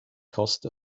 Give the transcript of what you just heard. cost